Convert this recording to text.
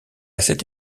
cette